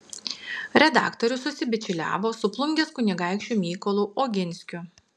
redaktorius susibičiuliavo su plungės kunigaikščiu mykolu oginskiu